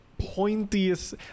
pointiest